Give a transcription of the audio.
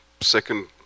second